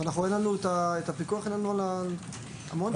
אין לנו פיקוח על המון דברים.